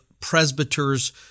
presbyters